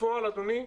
בפועל אדוני,